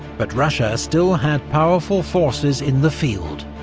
but russia still had powerful forces in the field,